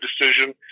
decision